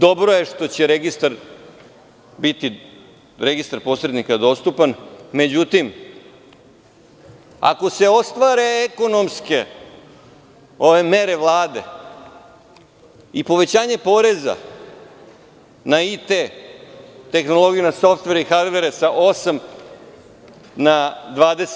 Dobro je što će registar posrednika biti dostupan, međutim ako se ostvare ekonomske mere Vlade i povećanje poreza na IT, tehnologiju na softvere i hardvere sa 8 na 20%